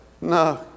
No